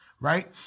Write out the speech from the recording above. right